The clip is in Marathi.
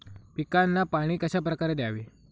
पिकांना पाणी कशाप्रकारे द्यावे?